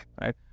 right